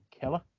killer